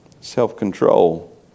Self-control